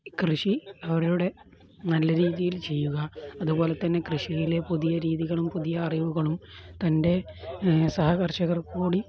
കൃഷി അവരുടെ നല്ല രീതിയിൽ ചെയ്യുക അതുപോലെ തന്നെ കൃഷിയിലെ പുതിയ രീതികളും പുതിയ അറിവുകളും തൻ്റെ സഹകർഷകർക്ക് കൂടി